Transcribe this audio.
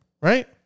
Right